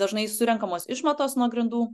dažnai surenkamos išmatos nuo grindų